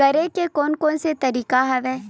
करे के कोन कोन से तरीका हवय?